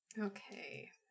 Okay